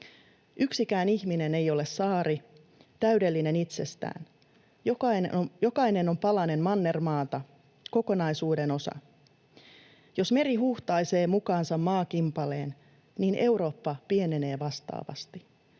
”Yksikään ihminen ei ole saari, täydellinen itsestään; jokainen on palanen mannermaata, kokonaisuuden osa: jos meri huuhtaisee mukaansa maakimpaleen, niin Eurooppa pienenee vastaavasti,